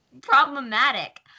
problematic